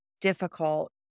difficult